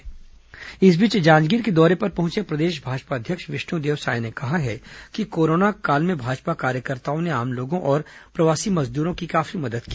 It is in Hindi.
साय जांजगीर इस बीच जांजगीर के दौरे पर पहुंचे प्रदेश भाजपा अध्यक्ष विष्णुदेव साय ने कहा है कि कोरोना काल में भाजपा कार्यकर्ताओं ने आम लोगों और प्रवासी मजदूरों की काफी मदद की